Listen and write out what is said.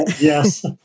yes